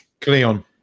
Cleon